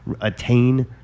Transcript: attain